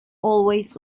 always